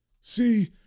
See